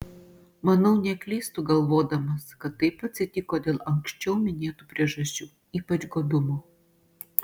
manau neklystu galvodamas kad taip atsitiko dėl anksčiau minėtų priežasčių ypač godumo